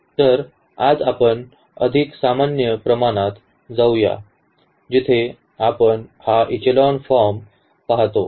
तर आज आपण अधिक सामान्य प्रकरणात जाऊया जिथे आपण हा इचेलॉन फॉर्म पाहतो